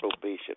probation